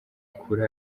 kuri